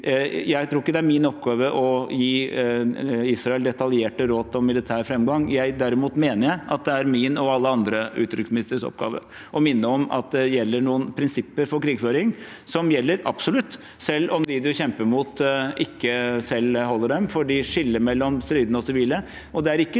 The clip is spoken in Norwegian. Jeg tror ikke det er min oppgave å gi Israel detaljerte råd om militær framgang. Derimot mener jeg at det er min og alle andre utenriksministeres oppgave å minne om at det gjelder noen absolutte prinsipper for krigføring. Selv om de man kjemper mot, ikke selv holder dem, får de skille mellom stridende og sivile.